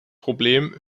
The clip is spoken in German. problem